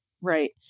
right